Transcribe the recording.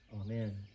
Amen